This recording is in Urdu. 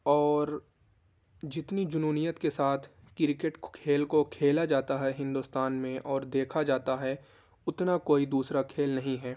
اور جتنی جنون کے ساتھ کرکٹ کھیل کو کھیلا جاتا ہے ہندوستان میں اور دیکھا جاتا ہے اتنا کوئی دوسرا کھیل نہیں ہے